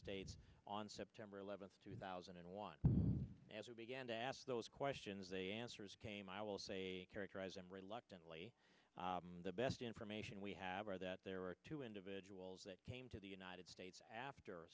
states on september eleventh two thousand and one as we began to ask those questions a answers came i will say characterize them reluctantly the best information we have are that there are two individuals that came to the united states after